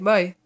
Bye